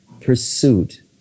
pursuit